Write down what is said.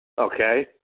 Okay